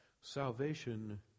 salvation